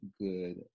good